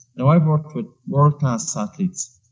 now, i've worked with worldclass athletes,